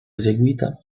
eseguita